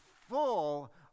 full